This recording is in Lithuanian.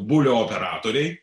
bulių operatoriai